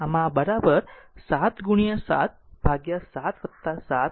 આમ બરાબર 7 7 ભાગ્યા 7 7